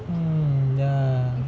mm ya